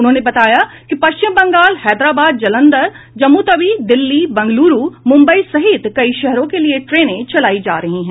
उन्होंने बताया कि पश्चिम बंगाल हैदराबाद जालंधर जम्मू तबी दिल्ली बंग्लुरू मुम्बई सहित कई शहरों के लिए ट्रेने चलायी जा रही है